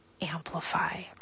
amplify